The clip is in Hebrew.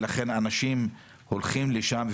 ולכן אנשים הולכים לשם,